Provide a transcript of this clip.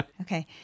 Okay